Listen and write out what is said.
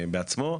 בעצמו,